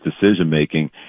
decision-making